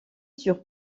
sur